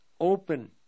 open